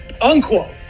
unquote